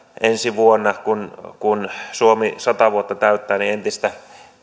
ensi vuonna kun kun suomi sata vuotta täyttää on kyllä entistä